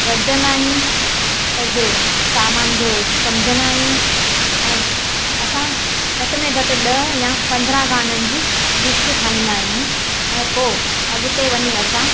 गॾिजंदा आहियूं सभु सामान जो सम्झंदा आहियूं ऐं असां घट में घटि ॾह या पंदरहां गाननि जी लिस्ट ठाहींदा आहियूं ऐं पोइ अॻिते वञी असां